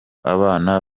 abana